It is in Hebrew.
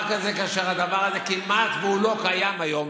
הזה כאשר הדבר הזה כמעט שלא קיים היום